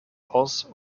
aus